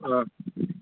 ꯑꯥ